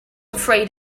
afraid